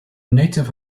native